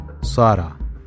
Sarah